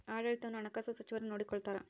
ಆಡಳಿತವನ್ನು ಹಣಕಾಸು ಸಚಿವರು ನೋಡಿಕೊಳ್ತಾರ